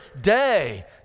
day